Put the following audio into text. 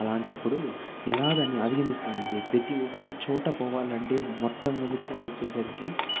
అలాంటప్పుడు ఎలా దాన్ని అధిగమిస్తానంటే ప్రతి ఒక్క చోట పోవాలంటే మొట్టమొదటిగా వచ్చేసరికి